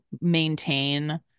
maintain